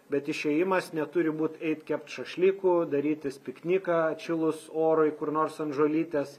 bet išėjimas neturi būt eit kept šašlykų darytis pikniką atšilus orui kur nors ant žolytės